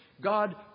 God